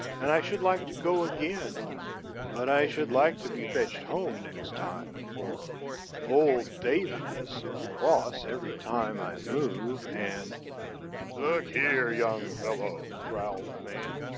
and i should like to go again but i should like to be fetched home next time, for old david is so cross every time i move, and look here, young fellow, growled the man,